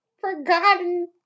forgotten